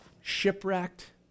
shipwrecked